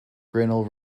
grinnell